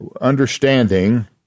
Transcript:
understanding